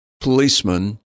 policeman